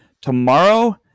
tomorrow